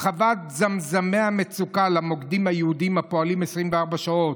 הרחבת זמזמי המצוקה למוקדים הייעודיים להצלת חיי אדם הפועלים 24 שעות,